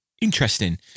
interesting